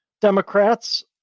Democrats